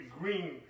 green